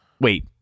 wait